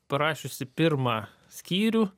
parašiusi pirmą skyrių